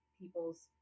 people's